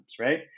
right